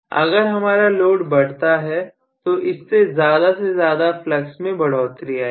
अगर हमारा लोड बढ़ता है तो इससे ज्यादा से ज्यादा फ्लक्स में बढ़ोतरी आएगी